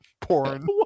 porn